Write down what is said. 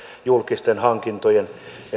julkisten hankintojen